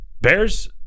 Bears